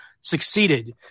succeeded